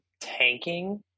tanking